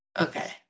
Okay